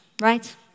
right